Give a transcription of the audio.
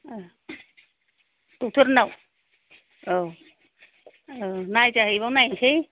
ओ डक्ट'र नियाव औ औ नायजाहैबावनोसै